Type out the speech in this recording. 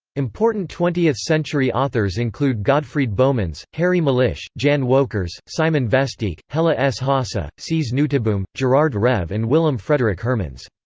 important twentieth century authors include godfried bomans, harry mulisch, jan wolkers, simon vestdijk, hella s. haasse, cees nooteboom, gerard reve and willem frederik hermans.